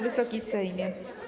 Wysoki Sejmie!